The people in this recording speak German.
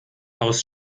aus